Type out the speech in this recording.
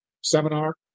seminar